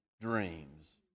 dreams